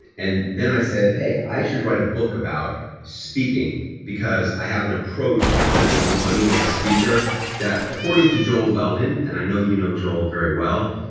and then i said, hey, i should write a book about speaking because i have an approach to making money as a speaker that according to joel weldon and i know you know joel very well,